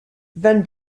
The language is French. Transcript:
van